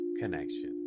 connection